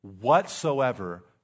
whatsoever